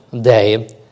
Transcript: day